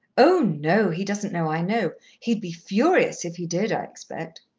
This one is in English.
oh, no. he doesn't know i know. he'd be furious if he did, i expect.